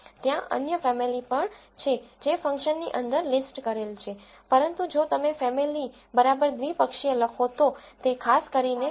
ત્યાં અન્ય ફેમીલી પણ છે જે ફંક્શનની અંદર લિસ્ટ કરેલ છે પરંતુ જો તમે ફેમીલી બાઈનોમીઅલfamilybinomial લખો તો તે ખાસ કરીને લોજિસ્ટિક રીગ્રેસનને અનુરૂપ છે